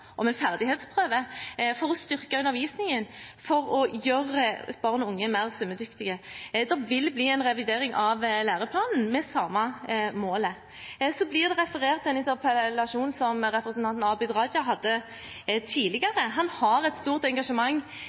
ferdighetsprøve for å styrke undervisningen og gjøre barn og unge mer svømmedyktige. Deretter vil det bli en revidering av læreplanen med samme målet. Ellers blir det referert til en interpellasjon som representanten Abid Q. Raja hadde tidligere. Han har et stort engasjement